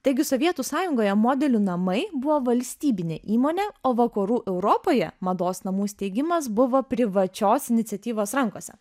taigi sovietų sąjungoje modelių namai buvo valstybinė įmonė o vakarų europoje mados namų steigimas buvo privačios iniciatyvos rankose